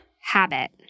habit